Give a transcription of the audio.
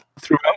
throughout